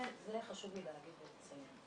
זה חשוב לי להגיד ולציין.